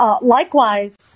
Likewise